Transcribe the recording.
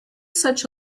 such